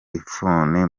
ifuni